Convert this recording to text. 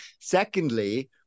secondly